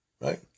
right